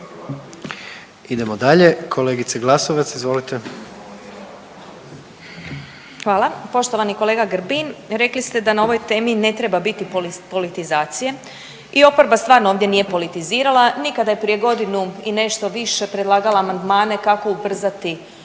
Idemo dalje, kolegice Glasovac, izvolite. **Glasovac, Sabina (SDP)** Hvala. Poštovani kolega Grbin rekli ste da na ovoj temi ne treba biti politizacije i oporba stvarno ovdje nije politizirala ni kada je prije godinu i nešto više predlagala amandmane kako ubrzati